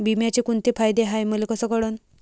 बिम्याचे कुंते फायदे हाय मले कस कळन?